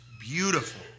beautiful